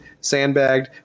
sandbagged